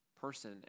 person